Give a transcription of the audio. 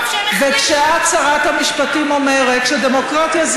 ציפי, באמת, בלי חירות ובלי מק"י?